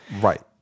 right